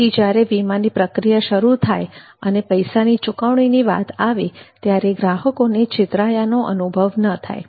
તેથી જ્યારે વીમાની પ્રક્રિયા શરૂ થાય અને પૈસાની ચુકવણી ની વાત આવે ત્યારે ગ્રાહકોને છેતરાયાનો અનુભવ ન થાય